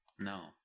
no